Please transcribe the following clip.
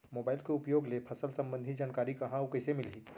Mobile के उपयोग ले फसल सम्बन्धी जानकारी कहाँ अऊ कइसे मिलही?